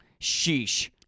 Sheesh